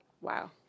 wow